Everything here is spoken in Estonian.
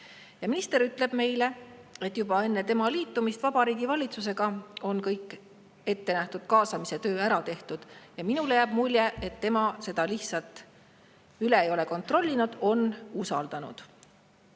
olemas. Minister ütles meile, et juba enne tema liitumist Vabariigi Valitsusega oli kõik ettenähtud kaasamise töö ära tehtud. Minule jääb mulje, et ta seda üle ei ole kontrollinud, on lihtsalt